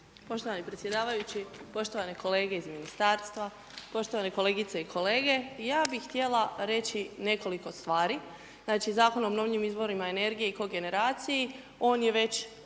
Poštovani predsjedavajući, poštovane kolege iz ministarstva, poštovane kolegice i kolege. Ja bi htjela reći nekoliko stvari, znači Zakon o obnovljivim izvorima energije i kogeneraciji, on je već odavno